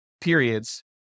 periods